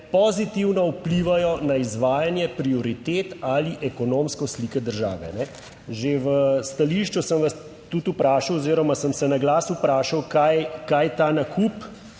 pozitivno vplivajo na izvajanje prioritet ali ekonomsko sliko države." Že v stališču sem vas tudi vprašal oziroma sem se na glas vprašal, kaj, kaj ta nakup,